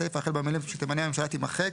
הסיפה החל במילים "שתמנה הממשלה" תימחק.